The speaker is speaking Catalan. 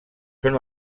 són